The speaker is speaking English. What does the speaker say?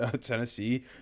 Tennessee